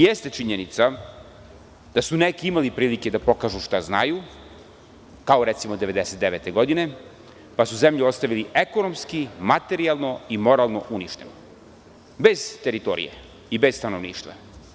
Jeste činjenica da su neki imali prilike da pokažu šta znaju, kao recimo 1999. godine, pa su zemlju ostavili ekonomski, materijalno i moralno uništenu, bez teritorije i bez stanovništva.